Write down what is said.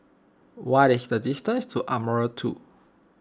what is the distance to Ardmore two